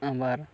ᱟᱵᱟᱨ